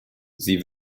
sie